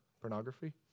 pornography